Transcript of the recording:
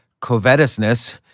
covetousness